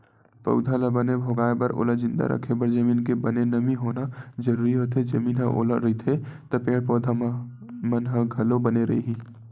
पउधा ल बने भोगाय बर ओला जिंदा रखे बर जमीन के बने नमी होना जरुरी होथे, जमीन ह ओल रइही त पेड़ पौधा मन ह घलो बने रइही